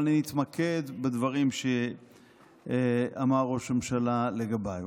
אבל אני אתמקד בדברים שאמר ראש הממשלה לגביי.